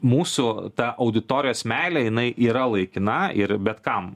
mūsų ta auditorijos meilė jinai yra laikina ir bet kam